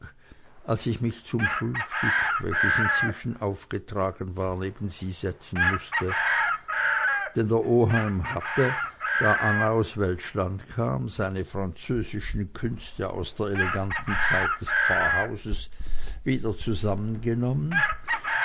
als ich mich zum frühstück welches inzwischen aufgetragen war neben sie setzen mußte denn der oheim hatte da anna aus welschland kam seine französischen künste aus der eleganten zeit des pfarrhauses wieder